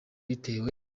bitewe